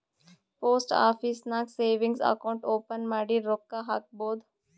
post office ನಾಗ್ savings account open ಮಾಡಿ ರೊಕ್ಕಾ ಹಾಕ್ಬೋದ್